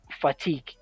fatigue